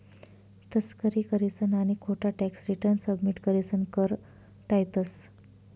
तस्करी करीसन आणि खोटा टॅक्स रिटर्न सबमिट करीसन कर टायतंस